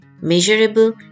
measurable